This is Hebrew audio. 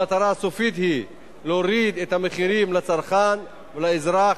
המטרה הסופית היא להוריד את המחירים לצרכן ולאזרח,